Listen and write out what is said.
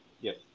Yes